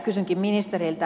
kysynkin ministeriltä